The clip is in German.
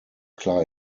klar